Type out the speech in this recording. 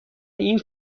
این